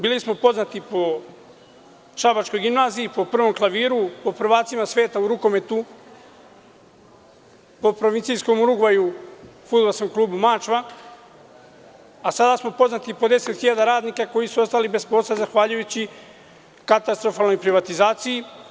Bili smo poznati po šabačkoj gimnaziji, po prvom klaviru, po prvacima sveta u rukometu, po provincijskom Urugvaju, fudbalskom klubu „Mačva“, a sada smo poznati po 10.000 radnika koji su ostali bez posla, zahvaljujući katastrofalnoj privatizaciji.